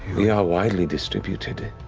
we are widely distributed,